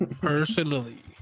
personally